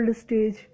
stage